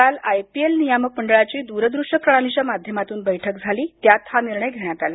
काल I P L नियामक मंडळाची दूरदृष्य प्रणालीच्या माध्यमातून बैठक झाली त्यात हा निर्णय घेण्यात आला